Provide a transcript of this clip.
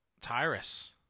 Tyrus